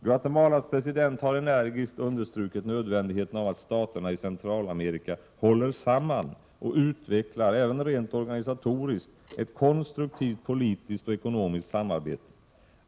Guatemalas president har energiskt understrukit nödvändigheten av att staterna i Centralamerika håller samman och utvecklar, även rent organisatoriskt, ett konstruktivt politiskt och ekonomiskt samarbete.